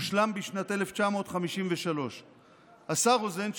הושלם בשנת 1953. השר רוזן,